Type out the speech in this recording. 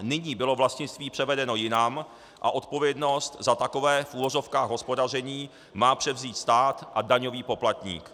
Nyní bylo vlastnictví převedeno jinam a odpovědnost za takové, v uvozovkách, hospodaření má převzít stát a daňový poplatník.